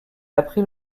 apprit